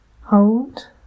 hold